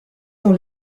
dans